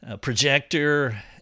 projector